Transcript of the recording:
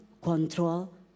control